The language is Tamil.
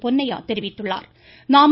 பொன்னையா தெரிவித்துள்ளாா்